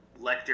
Lecter